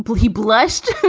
but he blushed